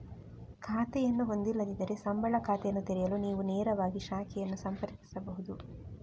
ಖಾತೆಯನ್ನು ಹೊಂದಿಲ್ಲದಿದ್ದರೆ, ಸಂಬಳ ಖಾತೆಯನ್ನು ತೆರೆಯಲು ನೀವು ನೇರವಾಗಿ ಶಾಖೆಯನ್ನು ಸಂಪರ್ಕಿಸಬಹುದು